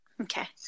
Okay